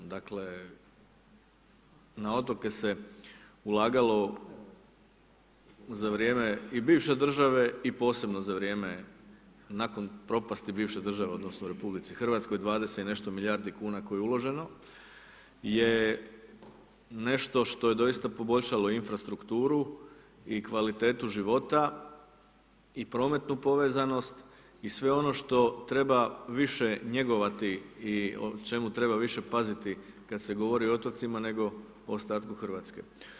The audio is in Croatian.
Dakle, na otoke se ulagalo za vrijeme i bivše države i posebno za vrijeme nakon propasti bivše države odnosno RH 20 i nešto milijardi kuna koje je uloženo je nešto što je doista poboljšalo infrastrukturu i kvalitetu života i prometnu povezanost i sve ono što treba više njegovati i o svemu treba više paziti kad se govori o otocima nego o ostatku Hrvatske.